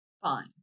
fine